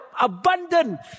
abundant